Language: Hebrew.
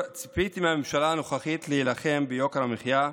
ציפיתי מהממשלה הנוכחית להילחם ביוקר המחיה,